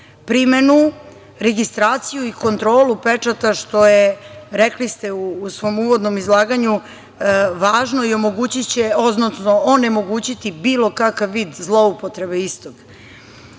primenu, registraciju i kontrolu pečata, što je, rekli ste u svom uvodnom izlaganju, važno i onemogućiće bilo kakav vid zloupotrebe istog. Treći